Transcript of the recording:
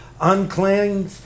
unclean